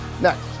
Next